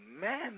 man